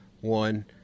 one